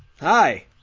Hi